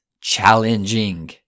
challenging